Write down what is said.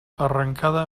arrencada